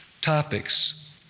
topics